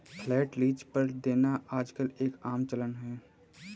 flat lease पर देना आजकल एक आम चलन है